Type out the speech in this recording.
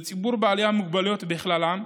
ועל ציבור בעלי המוגבלויות בכלל זה.